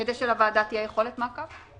כדי שלוועדה תהיה יכולת מעקב.